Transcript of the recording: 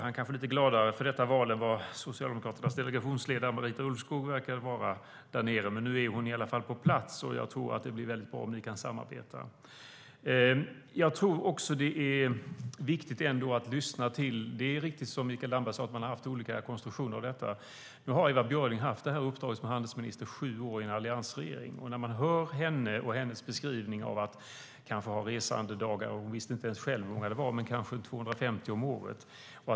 Han kanske är lite gladare för detta val än vad Socialdemokraternas delegationsledare Marita Ulvskog verkar vara därnere. Nu är hon i varje fall på plats. Jag tror att det blir väldigt bra om ni kan samarbeta. Det är viktigt att lyssna. Det är riktigt som Mikael Damberg sade att man har haft olika konstruktioner i detta. Nu har Ewa Björling haft uppdraget som handelsminister i sju år i en alliansregering. Man hör hennes beskrivning av antalet resandedagar. Hon visste inte ens själv hur många de var, men de var kanske 250 om året.